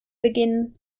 beginnen